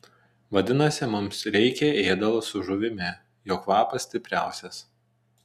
vadinasi mums reikia ėdalo su žuvimi jo kvapas stipriausias